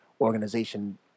organization